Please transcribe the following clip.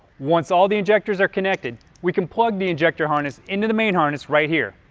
once all of the injectors are connected, we can plug the injector harness into the main harness right here.